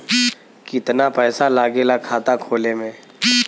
कितना पैसा लागेला खाता खोले में?